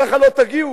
ככה לא תגיעו,